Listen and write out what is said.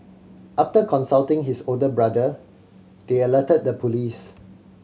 after consulting his older brother they alerted the police